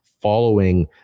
following